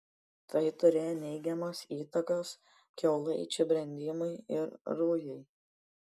tai turėjo neigiamos įtakos kiaulaičių brendimui ir rujai